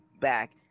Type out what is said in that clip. back